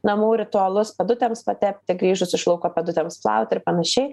namų ritualus pėdutėms patepti grįžus iš lauko pėdutėms plauti ir panašiai